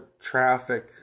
traffic